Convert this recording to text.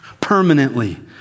permanently